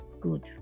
good